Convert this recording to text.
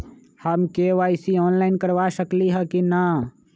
हम KYC online करवा सकली ह कि न?